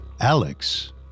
Alex